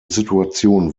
situation